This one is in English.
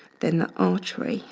then the artery,